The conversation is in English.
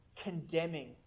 condemning